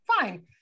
fine